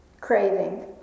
craving